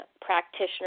practitioner